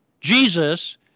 Jesus